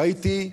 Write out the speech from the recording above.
ראיתי: